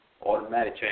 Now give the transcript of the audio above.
Automatic